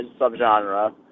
subgenre